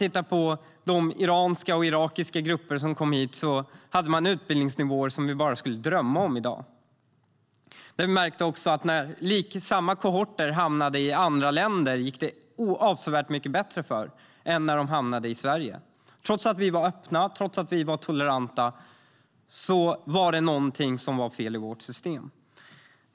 I de iranska och irakiska grupper som kom hit hade man utbildningsnivåer som vi bara kan drömma om i dag. För motsvarande kohorter som hamnade i andra länder gick det avsevärt mycket bättre än för dem som hamnade i Sverige. Trots att vi var öppna och toleranta var det någonting som var fel i vårt system.